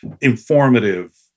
informative